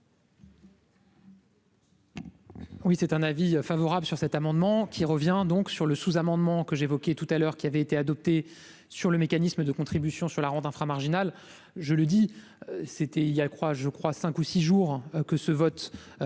Oui c'est un avis favorable sur cet amendement, qui revient donc sur le sous-amendement que j'évoquais tout à l'heure, qui avait été adoptée sur le mécanisme de contribution sur la ronde infra-marginal, je le dis, c'était il y a le crois je crois cinq ou six jours que ce vote